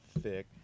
thick